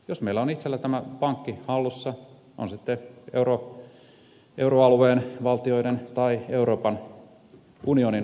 jos meillä on itsellä tämä pankki hallussa on se sitten euroalueen valtioiden tai euroopan unionin maiden niin tämmöistä ongelmaa ei ole